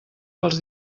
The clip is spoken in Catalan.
pels